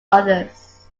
others